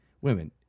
Women